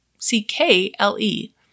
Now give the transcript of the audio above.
C-K-L-E